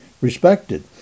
respected